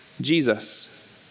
Jesus